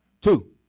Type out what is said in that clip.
Two